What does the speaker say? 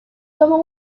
como